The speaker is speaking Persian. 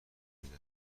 میدن